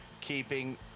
keeping